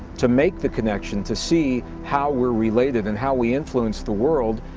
to make the connection, to see how we are related and how we influence the world,